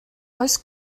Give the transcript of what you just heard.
oes